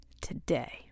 today